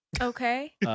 Okay